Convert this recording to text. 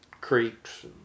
creeks